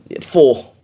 Four